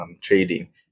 Trading